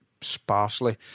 sparsely